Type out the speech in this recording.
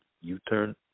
U-turn